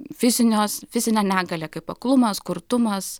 fiziniuos fizinę negalią kaip aklumas kurtumas